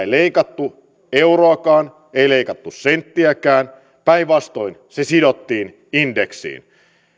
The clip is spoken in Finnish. leikattu euroakaan ei leikattu senttiäkään päinvastoin se sidottiin indeksiin